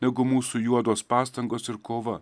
negu mūsų juodos pastangos ir kova